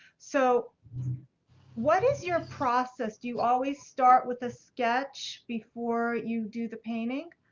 so what is your process? do you always start with a sketch before you do the painting?